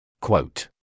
Quote